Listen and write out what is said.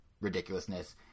ridiculousness